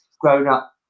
grown-up